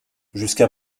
jusqu’à